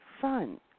fun